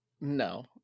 no